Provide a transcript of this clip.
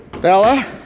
Bella